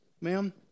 ma'am